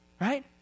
Right